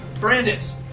Brandis